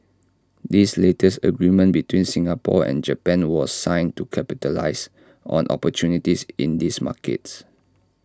this latest agreement between Singapore and Japan was signed to capitalise on opportunities in these markets